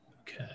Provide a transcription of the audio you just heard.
Okay